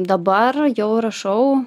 dabar jau rašau